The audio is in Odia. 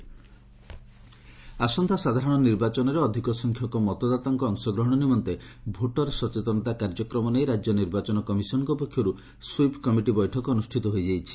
ସୁଇପ୍ କମିଟି ଆସନ୍ତା ସାଧାରଶ ନିର୍ବାଚନରେ ଅଧିକ ସଂଖ୍ୟକ ମତଦାତାଙ୍କ ଅଂଶଗ୍ରହଶ ନିମନ୍ତେ ଭୋଟର ସଚେତନତା କାର୍ଯ୍ୟକ୍ରମ ନେଇ ରାଜ୍ୟ ନିର୍ବାଚନ କମିଶନ୍ଙ୍ ପକ୍ଷରୁ ସୁଇପ୍ କମିଟି ବୈଠକ ଅନୁଷିତ ହୋଇଛି